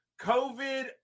COVID